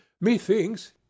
methinks